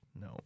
No